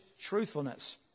truthfulness